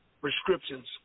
Prescriptions